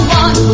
one